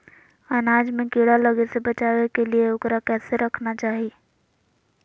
अनाज में कीड़ा लगे से बचावे के लिए, उकरा कैसे रखना चाही?